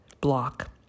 block